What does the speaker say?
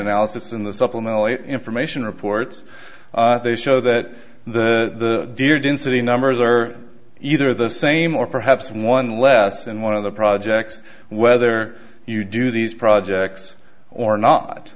analysis in the supplemental information reports they show that the deer density numbers are eat or the same or perhaps one less and one of the projects whether you do these projects or